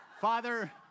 Father